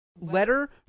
letter